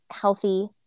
healthy